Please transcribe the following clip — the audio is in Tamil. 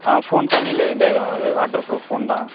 ஃபோன் தண்ணியில் விழுந்தால் எதுவும் ஆகாது வாட்டர் ப்ரூப் ஃபோன் தான்